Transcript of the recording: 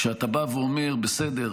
כשאתה בא ואומר: בסדר,